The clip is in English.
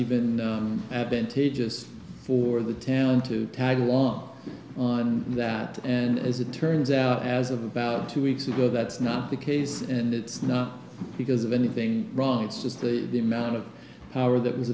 even advantages for the town to tag along on that and as it turns out as of about two weeks ago that's not the case and it's not because of anything wrong it's just the amount of power that was